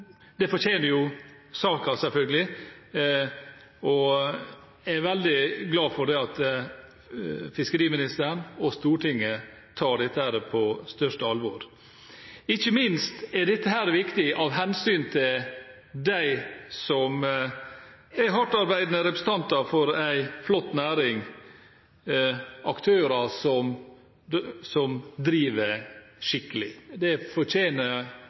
Det fortjener saken selvfølgelig, og jeg er veldig glad for at fiskeriministeren og Stortinget tar dette på største alvor. Ikke minst er dette viktig av hensyn til dem som er hardtarbeidende representanter for en flott næring, aktører som driver skikkelig. Også de fortjener